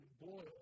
boil